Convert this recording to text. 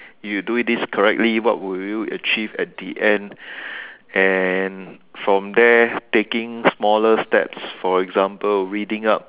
you do it this correctly what will you achieve at the end and from there taking smaller steps for example reading up